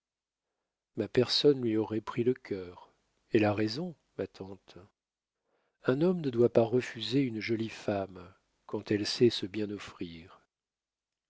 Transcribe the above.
ma personne lui aurait pris le cœur elle a raison ma tante un homme ne doit pas refuser une jolie femme quand elle sait se bien offrir